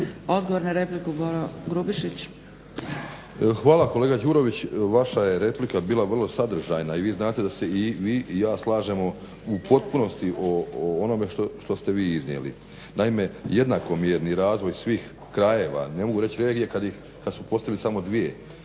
**Grubišić, Boro (HDSSB)** Hvala kolega Đurović. Vaša je replika bila vrlo sadržajna i vi znate da se i vi i ja slažemo u potpunosti o onome što ste vi iznijeli. Naime jednakomjerni razvoj svih krajeva, ne mogu reći regija kad su … samo dvije,